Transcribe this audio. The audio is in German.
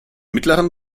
mittleren